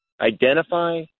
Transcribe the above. identify